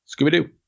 Scooby-Doo